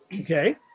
Okay